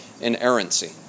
inerrancy